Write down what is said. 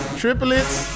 triplets